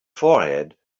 forehead